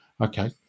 okay